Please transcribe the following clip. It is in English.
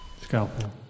scalpel